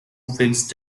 fixed